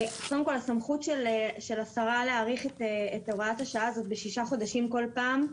קודם כל הסמכות של השרה להאריך את הוראת השעה הזאת בשישה חודשים כל פעם,